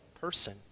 person